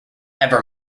ever